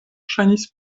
ŝajnis